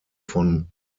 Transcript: von